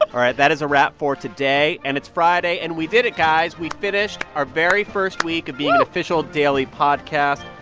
ah right, that is a wrap for today. and it's friday. and we did it, guys. we finished our very first week of being an official daily podcast.